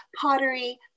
pottery